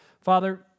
Father